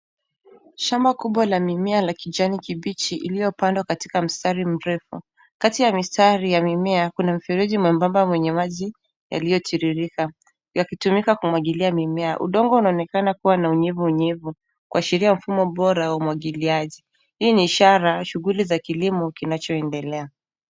Shamba kubwa la mimea la kijani kibichi iliyopandwa katika mstari mrefu. Kati ya mistari ya mimea, kuna mfereji mwembamba wenye maji yaliyotiririka yakitumika kumwagilia mimea. Udongo unaonekana kuwa na unyevunyevu kuashiria mfumo bora wa umwagiliaji. Hii ni ishara shughuli za kilimo kinachoendelea.